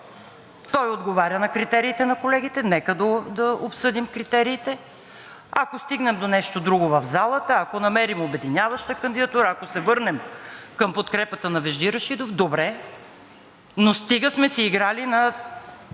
Той отговаря на критериите на колегите, нека да обсъдим критериите. Ако стигнем до нещо друго в залата, ако намерим обединяваща кандидатура, ако се върнем към подкрепата на Вежди Рашидов – добре, но стига сме си играли на